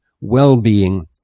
well-being